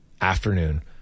afternoon